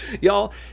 Y'all